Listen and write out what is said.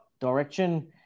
direction